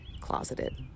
closeted